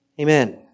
Amen